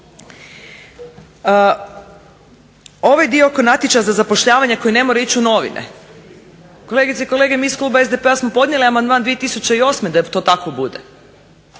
Ovaj dio oko natječaja za zapošljavanje koji ne mora ići u novine, kolegice i kolege mi iz kluba SDP-a smo podnijeli amandman 2008. da to tako bude,